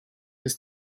des